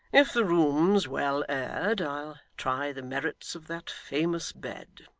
if the room's well aired, i'll try the merits of that famous bed